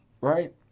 right